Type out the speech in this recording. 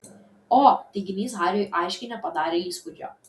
o teiginys hariui aiškiai nepadarė įspūdžio